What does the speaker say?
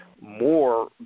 more